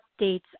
updates